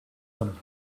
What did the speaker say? them